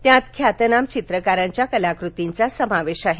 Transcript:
त्यात ख्यातनाम चित्रकारांच्या कलाकृतींचा समावेश आहे